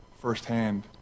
firsthand